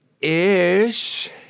Ish